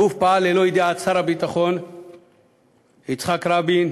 הגוף פעל ללא ידיעת שר הביטחון יצחק רבין,